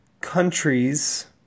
countries